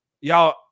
Y'all –